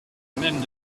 même